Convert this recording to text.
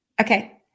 Okay